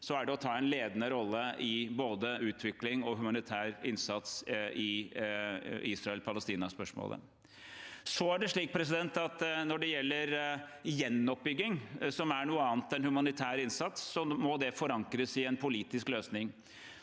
er det å ta en ledende rolle i både utvikling og humanitær innsats i Israel–Palestina-spørsmålet. Når det gjelder gjenoppbygging, som er noe annet enn humanitær innsats, må det forankres i en politisk løsning.